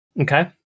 Okay